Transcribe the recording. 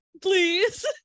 please